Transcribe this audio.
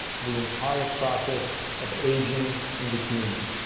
to the entire process of ageing in the human.